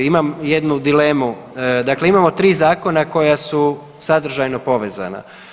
Imam jednu dilemu, dakle imamo 3 zakona koja su sadržajno povezana.